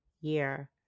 year